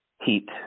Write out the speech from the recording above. Heat